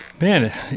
Man